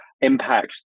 impact